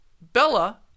Bella